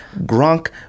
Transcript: Gronk